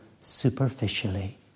superficially